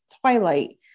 Twilight